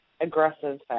aggressive